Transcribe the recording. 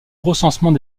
recensement